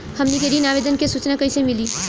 हमनी के ऋण आवेदन के सूचना कैसे मिली?